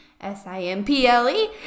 S-I-M-P-L-E